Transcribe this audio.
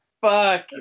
Fuck